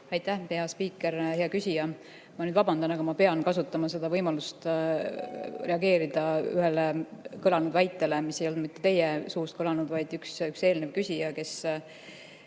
Aitäh, hea spiiker! Hea küsija! Ma nüüd vabandan, aga ma pean kasutama seda võimalust reageerida ühele kõlanud väitele, mis küll mitte teie suust ei kõlanud, vaid üks eelnev küsija võttis